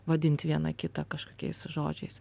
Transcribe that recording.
vadint vieną kitą kažkokiais žodžiais